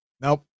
nope